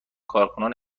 کارکنان